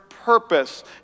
purpose